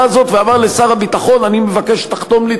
הזאת ואמר לשר הביטחון: אני מבקש שתחתום לי,